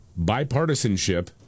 bipartisanship